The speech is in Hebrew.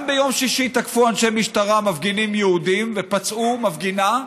ביום שישי תקפו אנשי משטרה מפגינים יהודים ופצעו מפגינה.